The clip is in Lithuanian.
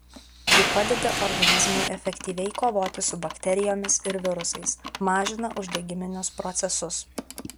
ji padeda organizmui efektyviai kovoti su bakterijomis ir virusais mažina uždegiminius procesus